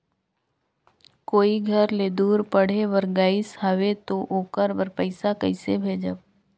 कोई घर ले दूर पढ़े बर गाईस हवे तो ओकर बर पइसा कइसे भेजब?